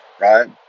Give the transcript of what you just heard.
right